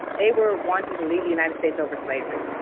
they were wanting to leave the united states over slavery.